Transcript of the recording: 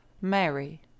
Mary